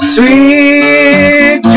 Sweet